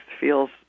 feels